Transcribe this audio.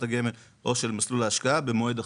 הגמל או של מסלול ההשקעה במועד אחר.